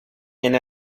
and